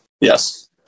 Yes